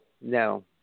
no